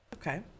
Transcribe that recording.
okay